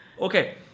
Okay